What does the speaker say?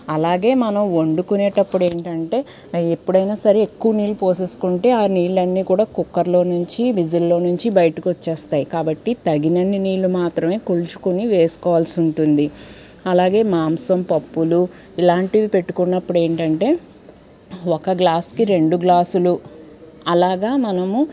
అలాగే మనం వండుకునేటప్పుడు ఏంటంటే ఎప్పుడైనా సరే ఎక్కువ నీళ్ళు పోసేసుకుంటే ఆ నీళ్ళు అన్ని కూడా కుక్కర్లో నుంచి విజిల్లో నుంచి బయటకు వచ్చేస్తాయి కాబట్టి తగినన్ని నీళ్లు మాత్రమే కొలుచుకుని వేసుకోవాల్సి ఉంటుంది అలాగే మాంసం పప్పులు ఇలాంటివి పెట్టుకున్నప్పుడు ఏంటంటే ఒక గ్లాస్కి రెండు గ్లాసులు అలాగా మనము